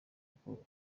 uko